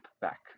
back